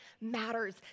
matters